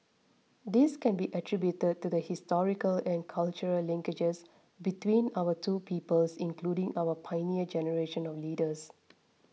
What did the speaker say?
this can be attributed to the historical and cultural linkages between our two peoples including our Pioneer Generation of leaders